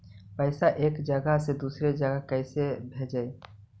पैसा एक जगह से दुसरे जगह कैसे भेजवय?